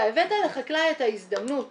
אתה הבאת לחקלאי את ההזדמנות